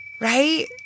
right